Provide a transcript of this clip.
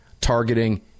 targeting